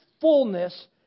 fullness